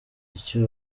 icyo